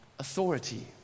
Authority